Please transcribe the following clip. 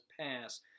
pass